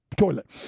toilet